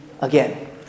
again